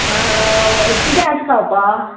आं किदें आसा खावपा